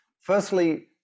firstly